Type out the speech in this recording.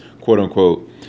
quote-unquote